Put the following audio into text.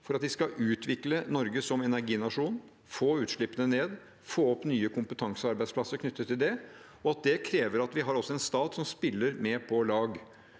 for at de skal utvikle Norge som energinasjon, få utslippene ned og få opp nye kompetansearbeidsplasser knyttet til det. Det krever at vi har en stat som spiller med på lag.